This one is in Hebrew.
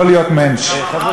זה מלמד שאתה יכול להיות כלכלן,